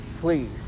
Please